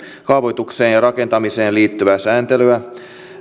kaavoitukseen ja rakentamiseen liittyvää sääntelyä